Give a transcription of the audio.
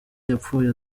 yapfuye